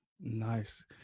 nice